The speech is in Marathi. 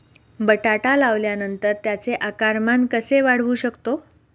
बटाटा लावल्यानंतर त्याचे आकारमान कसे वाढवू शकतो?